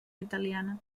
italiana